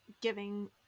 giving